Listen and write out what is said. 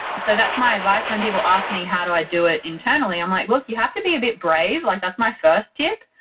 so that's my advice when people ask me how do i do it internally. i'm like, look, you have to be a bit brave. like that's my first tip.